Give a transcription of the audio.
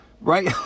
right